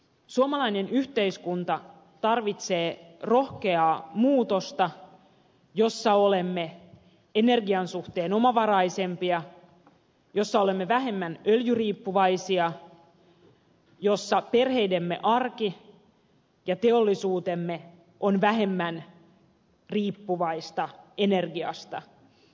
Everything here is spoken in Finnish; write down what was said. suomalainen yhteiskunta tarvitsee rohkeaa muutosta jossa olemme energian suhteen omavaraisempia jossa olemme vähemmän öljyriippuvaisia jossa perheidemme arki ja teollisuutemme ovat vähemmän riippuvaisia energiasta